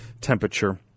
temperature